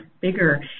Bigger